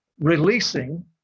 releasing